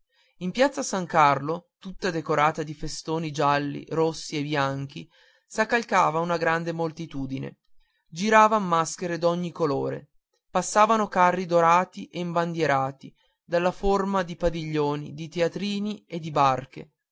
in piazza san carlo tutta decorata di festoni gialli rossi e bianchi s'accalcava una grande moltitudine giravan maschere d'ogni colore passavano carri dorati e imbandierati della forma di padiglioni di teatrini e di barche